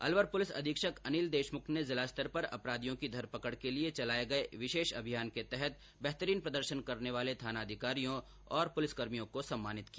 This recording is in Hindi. अलवर पुलिस अघीक्षक ैअनिल देशमुख ने जिला स्तर पर अपराधियों की घरपकड के लिए चलाये गए विशेष अभियान के तहत बेहतरीन प्रदर्शन करने वाले थानाधिकारी और पुलिसकर्मियों को सम्मानित किया